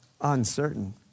uncertain